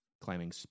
Climbing